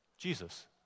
Jesus